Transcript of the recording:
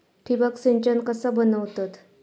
ठिबक सिंचन कसा बनवतत?